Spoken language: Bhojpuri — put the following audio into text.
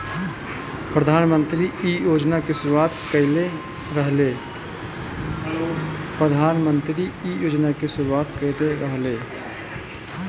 प्रधानमंत्री इ योजना के शुरुआत कईले रलें